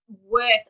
worth